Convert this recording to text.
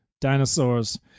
Dinosaurs